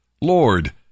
Lord